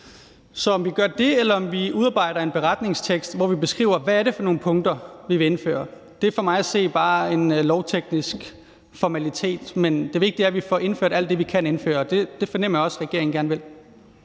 Om vi gør det, eller om vi udarbejder en beretningstekst, hvor vi beskriver, hvad det er for nogle punkter, vi vil indføre, er for mig at se bare en lovteknisk formalitet. Det vigtige er, at vi får indført alt det, vi kan indføre, og det fornemmer jeg også at regeringen gerne vil.